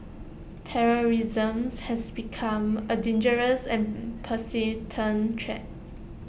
terrorism's has become A dangerous and persistent threat